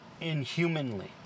Inhumanly